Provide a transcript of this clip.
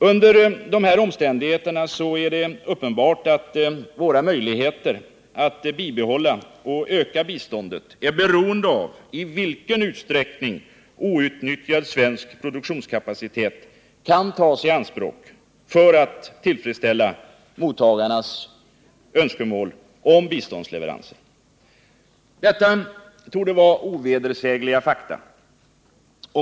Under dessa omständigheter är det uppenbart att våra möjligheter att bibehålla och öka biståndet är beroende av i vilken utsträckning outnyttjad svensk produktionskapacitet kan tas i anspråk för att tillfredsställa mottagarnas önskemål om biståndsleveranser. Detta torde vara ovedersägliga fakta.